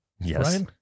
yes